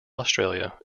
australia